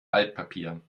altpapier